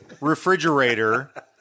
refrigerator